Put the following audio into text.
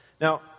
Now